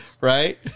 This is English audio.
Right